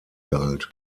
galt